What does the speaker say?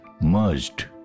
merged